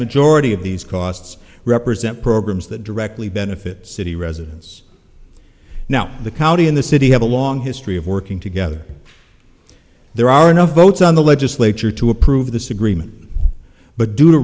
majority of these costs represent programs that directly benefit city residents now the county in the city have a long history of working together there are enough votes on the legislature to approve this agreement but due to